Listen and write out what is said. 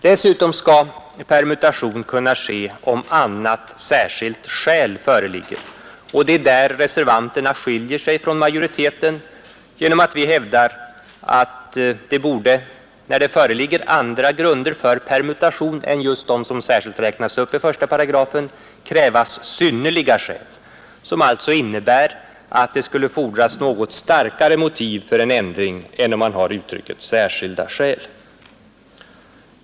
Dessutom skall permutation kunna ske om annat ”särskilt skäl” föreligger, och det är där vi reservanter skiljer oss från majoriteten genom att vi hävdar att det borde, när det föreligger andra grunder för permutation än just de som räknas upp i 18, krävas ”synnerliga skäl” som alltså innebär att det skulle fordras något starkare motiv för en ändring än när man har uttrycket ”särskilda skäl”.